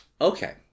okay